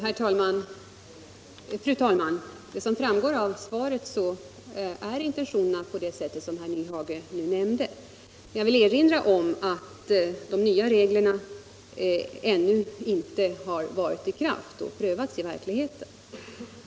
Fru talman! Som framgår av svaret är intentionerna sådana som herr Nyhage nämnde. Jag vill erinra om att de nya reglerna ännu inte varit i kraft och prövats i verkligheten.